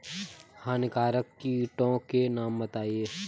हानिकारक कीटों के नाम बताएँ?